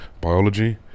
Biology